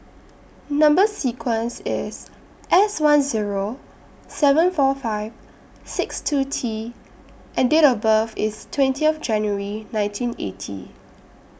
Number sequence IS S one Zero seven four five six two T and Date of birth IS twenty of January nineteen eighty